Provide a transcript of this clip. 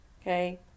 Okay